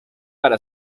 para